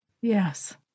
Yes